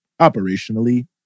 operationally